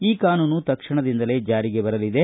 ಈ ಕಾನೂನು ತಕ್ಷಣದಿಂದಲೇ ಜಾರಿಗೆ ಬರಲಿದೆ